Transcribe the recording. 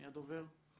מי הדובר?